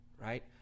right